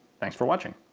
thanks for watching.